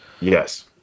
Yes